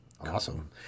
Awesome